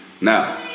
Now